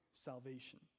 salvation